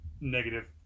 negative